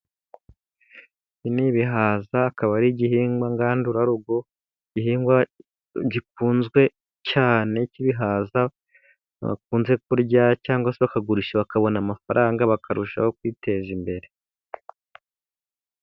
Ibi ni ibihaza akaba ari igihingwa ngandurarugo, igihingwa gikunzwe cyane kibihaza bakunze kurya, cyangwa se bakagurisha bakabona amafaranga bakarushaho kwiteza imbere.